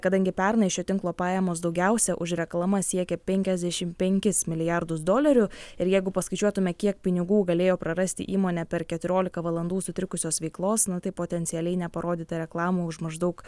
kadangi pernai šio tinklo pajamos daugiausia už reklamas siekė penkiasdešim penkis milijardus dolerių ir jeigu paskaičiuotume kiek pinigų galėjo prarasti įmonė per keturiolika valandų sutrikusios veiklos na tai potencialiai neparodyta reklamų už maždaug